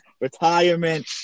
retirement